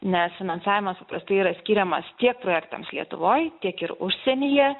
nes finansavimas paprastai yra skiriamas tiek projektams lietuvoj tiek ir užsienyje